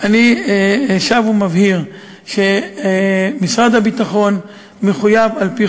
אני שב ומבהיר שמשרד הביטחון מחויב על-פי